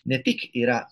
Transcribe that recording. ne tik yra